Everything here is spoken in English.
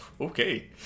Okay